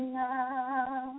now